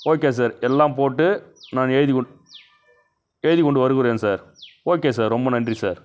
okay sir எல்லாம் போட்டு நான் எழுதிக் கொண் எழுதிக் கொண்டு வருகிறேன் சார் ஓகே சார் ரொம்ப நன்றி சார்